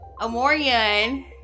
Amorian